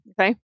okay